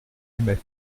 aimait